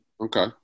Okay